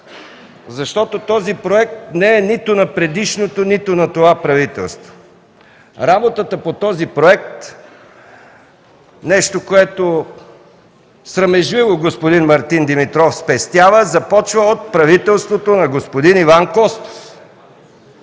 защото този проект не е нито на предишното, нито на това правителство. Работата по този проект – нещо, което срамежливо господин Мартин Димитров спестява, започва от правителството на господин Иван Костов.